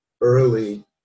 early